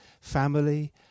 family